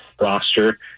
roster